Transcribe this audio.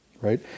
right